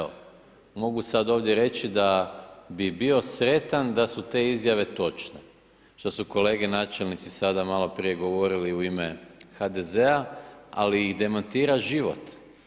Mogu sada ovdje reći da bi bio sretan da su te izjave točne što su kolege načelnici maloprije govorili u ime HDZ-a, ali ih demantira život.